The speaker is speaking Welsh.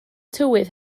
tywydd